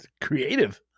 Creative